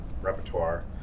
repertoire